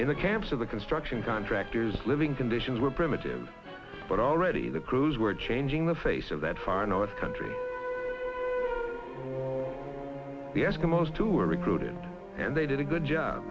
in the camps of the construction contractors living conditions were primitive but already the crews were changing the face of that far north country the eskimos too were recruited and they did a good job